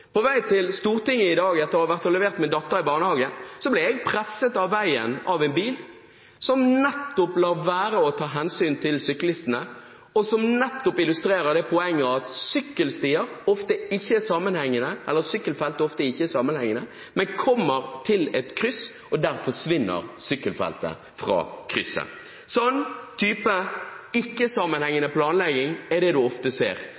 På vei til Stortinget i dag, etter å ha levert min datter i barnehagen, ble jeg presset ut av veien av en bil, som nettopp lot være å ta hensyn til syklistene – og som nettopp illustrerer det poenget at sykkelfelt ofte ikke er sammenhengende: Man kommer til et kryss, og der forsvinner sykkelfeltet fra krysset. Det er den typen ikke-sammenhengende planlegging man ofte ser